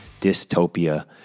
Dystopia